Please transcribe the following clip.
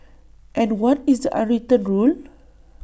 and what is A unwritten rule